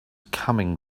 coming